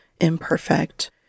imperfect